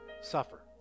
suffer